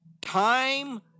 Time